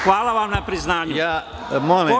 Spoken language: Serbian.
Hvala vam na priznanju.